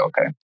okay